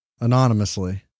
anonymously